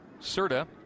Serta